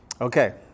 Okay